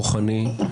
כוחני,